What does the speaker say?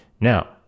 Now